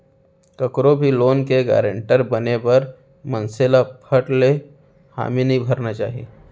कखरो भी लोन के गारंटर बने बर मनसे ल फट ले हामी नइ भरना चाही